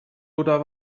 oder